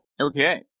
Okay